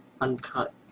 uncut